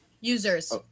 Users